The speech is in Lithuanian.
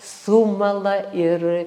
sumala ir